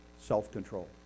self-control